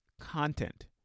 content